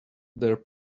their